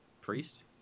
Priest